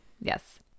yes